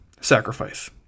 sacrifice